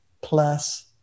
plus